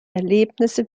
erlebnisse